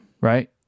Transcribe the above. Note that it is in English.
right